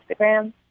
Instagram